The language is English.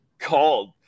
called